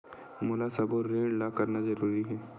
मोला सबो ऋण ला करना जरूरी हे?